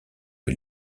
que